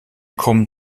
kommen